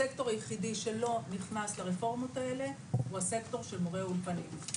הסקטור היחידי שלא נכנס לרפורמות האלה הוא הסקטור של מורי האולפנים,